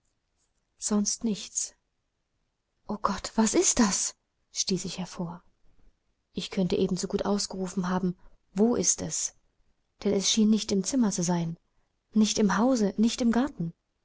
sonst nichts o gott was ist das stieß ich hervor ich könnte ebensogut ausgerufen haben wo ist es denn es schien nicht im zimmer zu sein nicht im hause nicht im garten